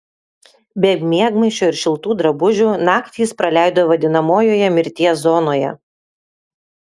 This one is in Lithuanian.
be miegmaišio ir šiltų drabužių naktį jis praleido vadinamojoje mirties zonoje